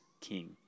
king